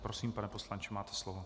Prosím, pane poslanče, máte slovo.